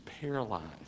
paralyzed